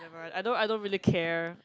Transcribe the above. I don't I don't really care